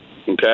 Okay